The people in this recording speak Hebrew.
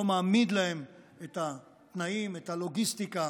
לא מעמיד להם את התנאים, את הלוגיסטיקה